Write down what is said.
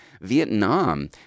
Vietnam